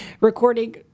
recording